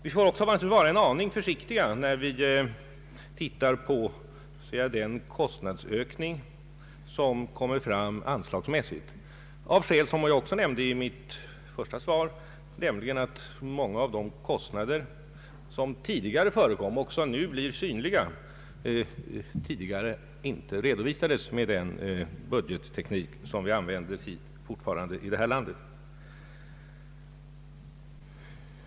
Vi får också vara en aning försiktiga när vi studerar den kostnadsökning som kommer fram anslagsmässigt, detta av skäl som jag också nämnde i mitt svar, nämligen att många av de kostnader som tidigare förekom och som nu blir synliga tidigare inte redovisades med den budgetteknik som vi fortfarande använder i detta land.